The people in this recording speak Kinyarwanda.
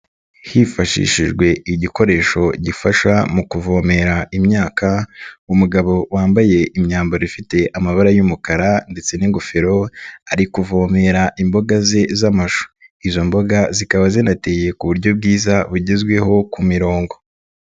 Hifashishijwe igikoresho gifasha mu kuvomera imyaka, umugabo wambaye imyambaro ifite amabara y'umukara ndetse n'ingofero, ari kuvomera imboga ze z'amashu. Izo mboga zikaba zinateye ku buryo bwiza bugezweho ku mirongo.